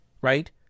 Right